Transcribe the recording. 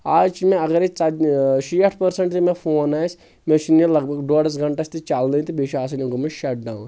آز چھِ مےٚ اگرے ژت شیٹھ پٔرسنٛٹ تہِ مےٚ فون آسہِ مےٚ چھُنہٕ یہِ لگ بگ ڈۄڈس گنٹس تہِ چلنٕے تہٕ بیٖیٚہِ چھُ آسان یہِ گوٚمُت شٹ ڈاوُن